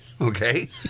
Okay